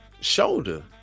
shoulder